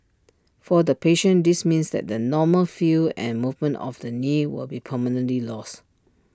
for the patient this means that the normal feel and movement of the knee will be permanently lost